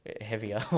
heavier